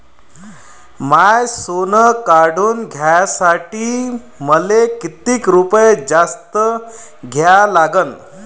माय सोनं काढून घ्यासाठी मले कितीक रुपये जास्त द्या लागन?